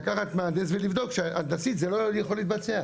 לקחת מהנדס ולבדוק שהנדסית זה לא יכול להתבצע,